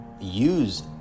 use